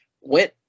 went